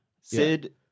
Sid